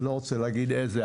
לא רוצה להגיד איזה,